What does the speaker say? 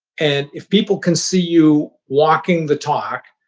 and if people can see you walking the talk,